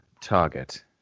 target